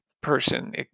person